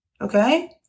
okay